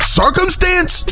circumstance